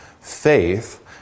faith